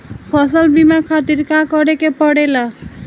फसल बीमा खातिर का करे के पड़ेला?